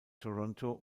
toronto